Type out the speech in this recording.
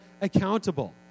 accountable